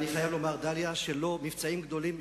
אני חייב לומר, דליה, שלא מבצעים גדולים.